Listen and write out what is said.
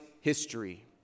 history